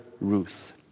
Ruth